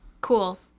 Cool